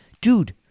Dude